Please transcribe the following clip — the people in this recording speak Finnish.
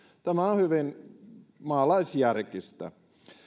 tämä on hyvin maalaisjärkistä